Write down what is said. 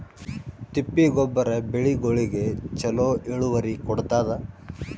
ತಿಪ್ಪಿ ಗೊಬ್ಬರ ಬೆಳಿಗೋಳಿಗಿ ಚಲೋ ಇಳುವರಿ ಕೊಡತಾದ?